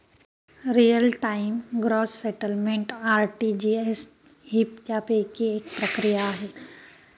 real time gross settlement RTGS ही त्यापैकी एक प्रक्रिया आहे